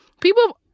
people